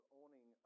owning